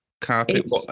carpet